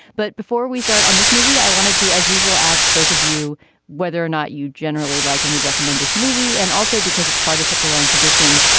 but before we start on this movie i wanted to you as usual ask both of you whether or not you generally like and would recommend this movie and also because it's part of such a long tradition.